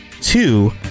two